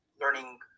learning